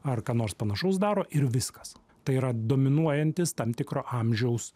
ar ką nors panašaus daro ir viskas tai yra dominuojantis tam tikro amžiaus